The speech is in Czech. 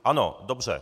Ano, dobře.